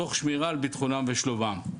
תוך שמירה על ביטחונם ושלומם,